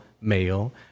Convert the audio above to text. male